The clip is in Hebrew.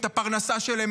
את הפרנסה שלהם,